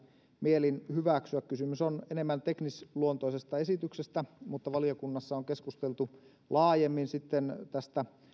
mielin hyväksyä kysymys on enemmän teknisluontoisesta esityksestä mutta valiokunnassa on keskusteltu laajemmin sitten tästä